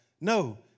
no